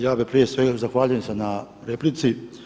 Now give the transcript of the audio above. Ja prije svega zahvaljujem se na replici.